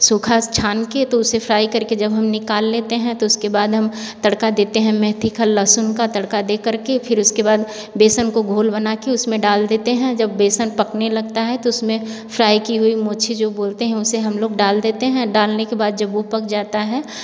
सूखा छान के तो उसे फ्राई करके जब हम निकाल लेते हैं तो उसके बाद हम तड़का देते हैं मेथी का लहसुन का तड़का देखकर के फिर उसके बाद बेसन को घोल बना के उसमें डाल देते हैं जब बेसन पकने लगता है तो उसमें फ्राई की हुई मोछे जो बोलते हैं उसे हम लोग डाल देते हैं डालने के बाद जब वो पक जाता है